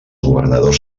governadors